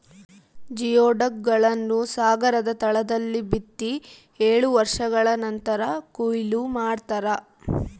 geoduck ಗಳನ್ನು ಸಾಗರದ ತಳದಲ್ಲಿ ಬಿತ್ತಿ ಏಳು ವರ್ಷಗಳ ನಂತರ ಕೂಯ್ಲು ಮಾಡ್ತಾರ